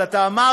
אבל אתה אמרת: